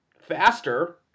faster